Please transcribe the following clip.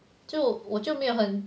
就我就没有很